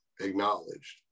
acknowledged